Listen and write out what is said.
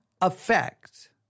effect